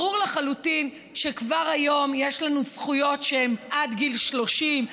ברור לחלוטין שכבר היום יש לנו זכויות שהן עד גיל 30,